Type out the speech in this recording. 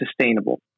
sustainable